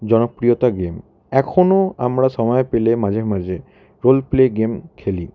জনপ্রিয়তা গেম এখনো আমরা সময় পেলে মাঝে মাঝে রোল প্লে গেম খেলি